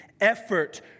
effort